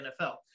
NFL